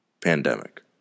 pandemic